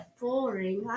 boring